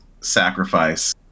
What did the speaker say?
sacrifice